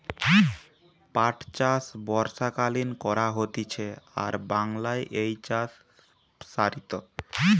পাট চাষ বর্ষাকালীন করা হতিছে আর বাংলায় এই চাষ প্সারিত